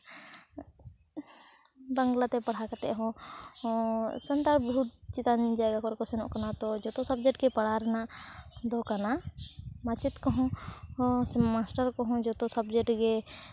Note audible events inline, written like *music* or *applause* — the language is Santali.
ᱵᱟᱝᱞᱟᱛᱮ ᱯᱟᱲᱦᱟᱣ ᱠᱟᱛᱮᱫ ᱦᱚᱸ ᱥᱟᱱᱛᱟᱲ ᱵᱚᱦᱩᱛ ᱪᱮᱛᱟᱱ ᱡᱟᱭᱜᱟ ᱠᱚᱨᱮ ᱠᱚ ᱥᱮᱱᱚᱜ ᱠᱟᱱᱟ ᱛᱚ ᱡᱚᱛᱚ ᱥᱟᱵᱡᱮᱠᱴ ᱜᱮ ᱯᱟᱲᱦᱟᱣ ᱨᱮᱱᱟᱜ ᱫᱚ ᱠᱟᱱᱟ ᱢᱟᱪᱮᱫ ᱠᱚᱦᱚᱸ ᱢᱟᱥᱴᱟᱨ ᱠᱚᱦᱚᱸ ᱡᱚᱛᱚ ᱥᱟᱵᱡᱮᱠᱴ ᱜᱮ *unintelligible*